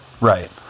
Right